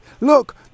look